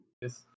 Yes